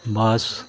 ᱵᱟᱥ